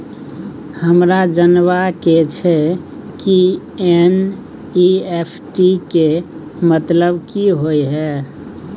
हमरा जनबा के छै की एन.ई.एफ.टी के मतलब की होए है?